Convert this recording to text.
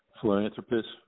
philanthropist